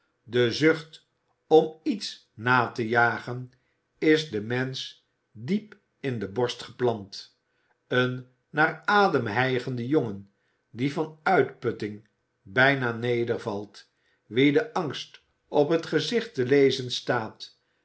de zucht om iets na te jagen is den mensen diep in de borst geplant een naar adem hijgende jongen die van uitputting bijna nedervalt wien de angst op het gezicht te lezen staat